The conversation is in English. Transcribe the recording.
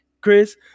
Chris